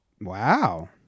Wow